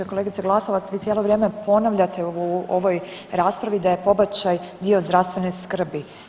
Kolegice Glasovac vi cijelo vrijeme ponavljate u ovoj raspravi da je pobačaj dio zdravstvene skrbi.